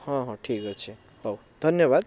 ହଁ ହଁ ଠିକ ଅଛି ହଉ ଧନ୍ୟବାଦ